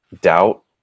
doubt